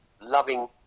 loving